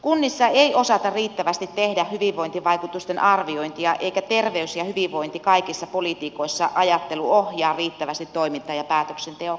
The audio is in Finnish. kunnissa ei osata riittävästi tehdä hyvinvointivaikutusten arviointia eikä terveys ja hyvinvointi kaikissa politiikoissa ajattelu ohjaa riittävästi toimintaa ja päätöksentekoa